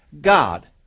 God